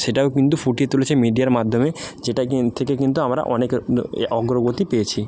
সেটাও কিন্তু ফুটিয়ে তুলেছে মিডিয়ার মাধ্যমে যেটা কি থেকে কিন্তু আমরা অনেক অগ্রগতি পেয়েছি